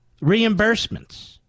Reimbursements